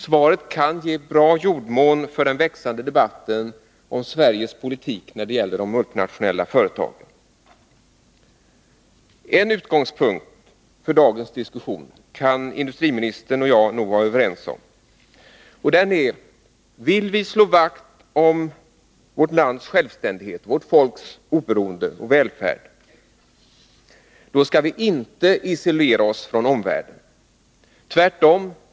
Svaret kan ge bra jordmån för den växande debatten om Sveriges politik när det gäller de multinationella företagen. En utgångspunkt för dagens diskussion kan industriministern och jag nog vara överens om: Vill vi slå vakt om vårt lands självständighet, vårt folks oberoende och välfärd, då skall vi inte isolera oss från omvärlden. Tvärtom!